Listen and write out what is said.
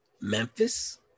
Memphis